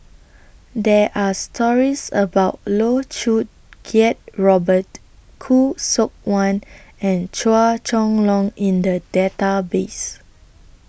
There Are stories about Loh Choo Kiat Robert Khoo Seok Wan and Chua Chong Long in The Database